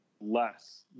less